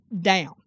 down